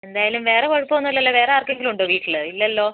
എന്തായാലും വേറെ കുഴപ്പമൊന്നുമില്ലലോ വേറെ ആർക്കെങ്കിലുമുണ്ടോ വീട്ടിൽ ഇല്ലലോ